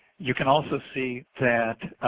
you can also see that